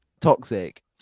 Toxic